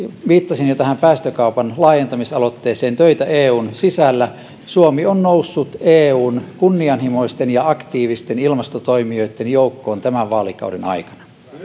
viittasin jo päästökaupan laajentamisaloitteeseen töitä eun sisällä suomi on noussut eun kunnianhimoisten ja aktiivisten ilmastotoimijoitten joukkoon tämän vaalikauden aikana